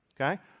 Okay